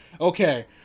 okay